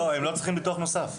הם לא צריכים ביטוח נוסף.